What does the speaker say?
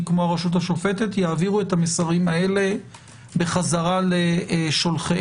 כמו הרשות השופטת יעבירו את המסרים האלה בחזרה לשולחיהם.